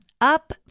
Up